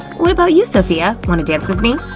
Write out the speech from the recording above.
what about you, sophia? wanna dance with me?